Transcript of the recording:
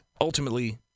ultimately